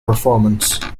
performance